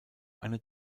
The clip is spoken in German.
eine